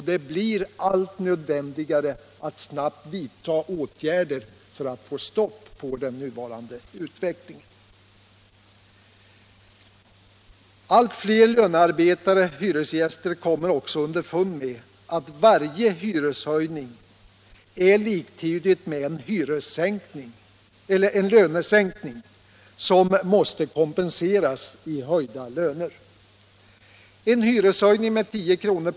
Det blir alltmer nödvändigt att snabbt vidta åtgärder för att få stopp på den nuvarande utvecklingen. Allt fler lönarbetare/hyresgäster kommer också underfund med att varje hyreshöjning är liktydig med en lönesänkning som måste kompenseras i höjda löner. En hyreshöjning med 10 kr.